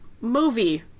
movie